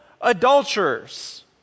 adulterers